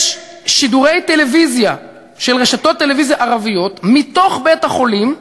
יש שידורי טלוויזיה של רשתות טלוויזיה ערביות מתוך בית-החולים.